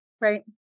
Right